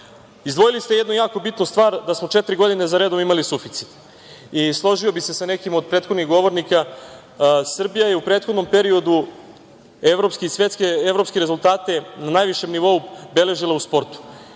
sada. Izdvojili ste jednu jako bitnu stvar, da smo četiri godine zaredom imali suficit i složio bih se sa nekim od prethodnih govornika, Srbija je u prethodnom periodu evropske i svetske rezultate na najvišem nivou beležila u sportu.